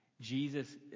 Jesus